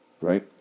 right